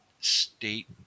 state